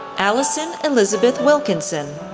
allison elizabeth wilkinson,